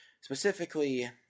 specifically